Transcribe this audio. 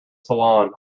salon